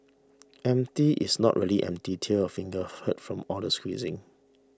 empty is not really empty till your fingers hurt from all the squeezing